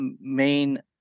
main